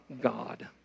God